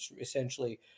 essentially